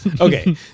okay